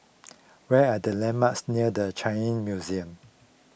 what are the landmarks near the Changi Museum